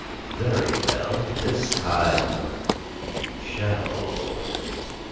very well, this time you shall open it.